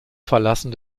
verlassen